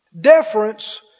Deference